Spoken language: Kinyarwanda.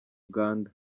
uganda